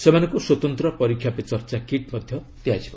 ସେମାନଙ୍କୁ ସ୍ୱତନ୍ତ୍ର 'ପରୀକ୍ଷା ପେ ଚର୍ଚ୍ଚା କିଟ୍ ' ଦିଆଯିବ